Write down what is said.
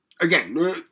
Again